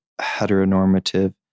heteronormative